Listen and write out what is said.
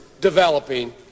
developing